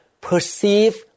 perceive